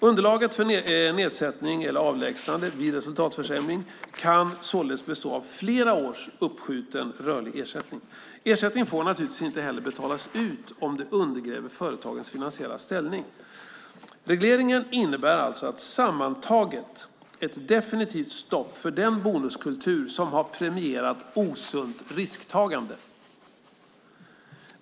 Underlaget för nedsättning eller avlägsnande vid resultatförsämring kan således bestå av flera års uppskjuten rörlig ersättning. Ersättning får naturligtvis inte heller betalas ut om den undergräver företagets finansiella ställning. Regleringen innebär alltså sammantaget ett definitivt stopp för den bonuskultur som har premierat osunt risktagande.